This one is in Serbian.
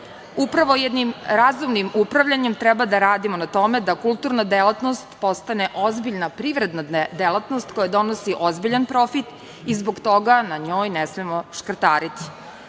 jednim razumnim upravljanjem treba da radimo na tome da kulturna delatnost postane ozbiljna privredna delatnost koja donosi ozbiljan profit i zbog toga na njoj ne smemo škrtariti. Takođe,